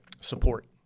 support